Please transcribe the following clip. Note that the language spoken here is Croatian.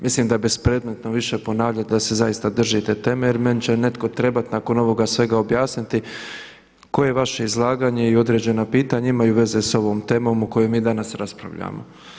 Mislim da je bespredmetno više ponavljati da se zaista držite teme jer meni će netko trebati nakon ovoga svega objasniti koje vaše izlaganje i određena pitanja imaju veze sa ovom temom o kojoj mi danas raspravljamo.